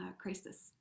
crisis